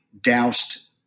doused